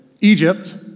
Egypt